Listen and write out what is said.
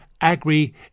Agri